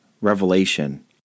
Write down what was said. revelation